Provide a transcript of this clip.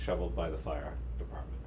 shovel by the fire department